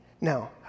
Now